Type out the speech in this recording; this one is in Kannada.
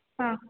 ಹಾಂ